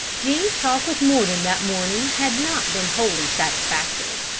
jean's talk with mordon that morning had not been wholly satisfactory.